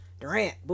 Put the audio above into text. Durant